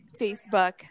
Facebook